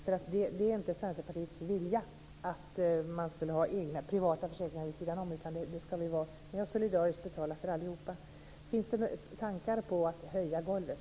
Det är inte Centerpartiets vilja att man skulle ha privata försäkringar vid sidan om, utan det ska vara solidarisk betalning för alla. Finns det några tankar på att höja golvet?